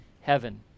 heaven